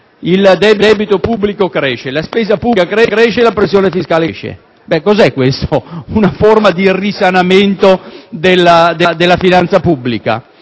il debito pubblico, la spesa pubblica e la pressione fiscale crescono: cos'è, questa, una forma di risanamento della finanza pubblica,